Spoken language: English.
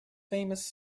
famous